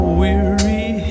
weary